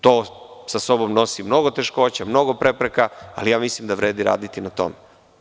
To sa sobom nosi mnogo teškoća, mnogo prepreka, ali mislim da vredi raditi na tome.